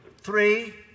three